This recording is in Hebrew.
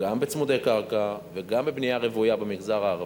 גם בצמודי קרקע וגם בבנייה רוויה במגזר הערבי,